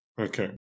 okay